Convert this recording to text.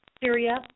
Syria